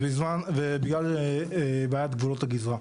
ובגלל בעיית גבולות הגזרה.